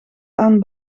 aan